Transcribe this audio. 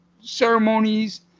ceremonies